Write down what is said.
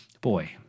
boy